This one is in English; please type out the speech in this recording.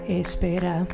espera